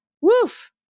woof